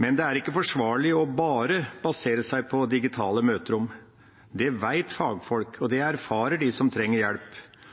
Men det er ikke forsvarlig å basere seg bare på digitale møterom. Det vet fagfolk, og det erfarer de som trenger hjelp.